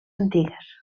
antigues